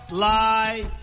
Lie